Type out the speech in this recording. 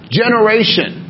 generation